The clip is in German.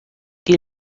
die